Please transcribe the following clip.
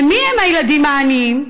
מיהם הילדים העניים?